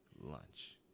lunch